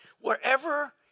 Wherever